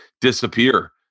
disappear